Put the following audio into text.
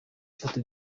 foto